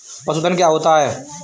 पशुधन क्या होता है?